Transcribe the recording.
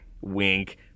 Wink